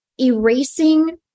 erasing